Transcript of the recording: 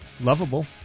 lovable